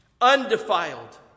undefiled